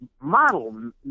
model